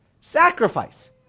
sacrifice